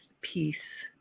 peace